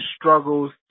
struggles